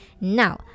Now